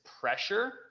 pressure